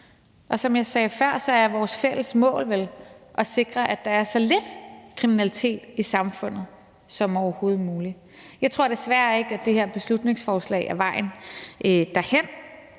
Som jeg sagde før, er vores fælles mål vel at sikre, at der er så lidt kriminalitet i samfundet som overhovedet muligt. Jeg tror desværre ikke, at det her beslutningsforslag er vejen derhen,